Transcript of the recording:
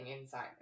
inside